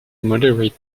moderate